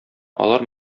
алар